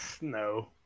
No